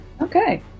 okay